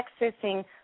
accessing